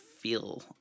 feel